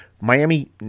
Miami